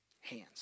hands